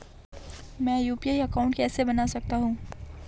मैं UPI account कैसे बना सकता हूं?